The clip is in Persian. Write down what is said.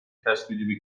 چسبیدی